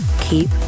keep